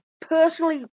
personally